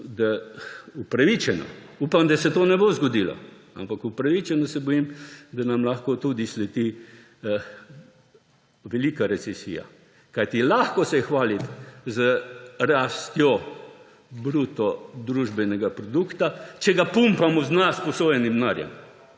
upam, da se to ne bo zgodilo, ampak upravičeno se bojim − da nam lahko tudi sledi velika recesija. Lahko se je namreč hvaliti z rastjo bruto družbenega produkta, če ga pumpamo s sposojenim denarjem.